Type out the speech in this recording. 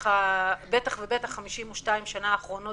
בטח ובטח ב-52 השנה האחרונות,